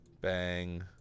bang